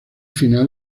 final